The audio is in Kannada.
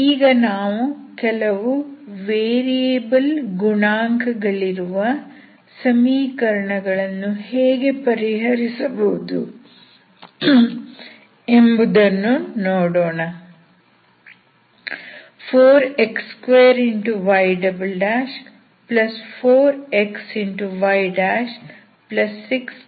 ಈಗ ನಾವು ಕೆಲವು ವೇರಿಯಬಲ್ ಗುಣಾಂಕ ಗಳಿರುವ ಸಮೀಕರಣಗಳನ್ನು ಹೇಗೆ ಪರಿಹರಿಸಬಹುದು ಎಂಬುದನ್ನು ನೋಡೋಣ